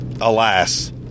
alas